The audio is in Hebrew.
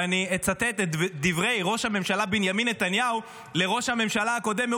ואני אצטט את דברי ראש הממשלה בנימין נתניהו לראש הממשלה הקודם,